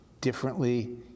differently